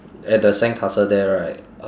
at the sandcastle there right uh